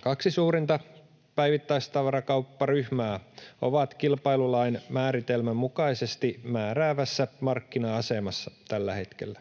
Kaksi suurinta päivittäistavarakaupparyhmää ovat kilpailulain määritelmän mukaisesti määräävässä markkina-asemassa tällä hetkellä.